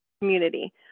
community